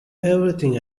everything